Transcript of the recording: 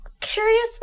curious